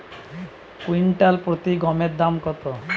Quintal প্রতি গমের দাম কত?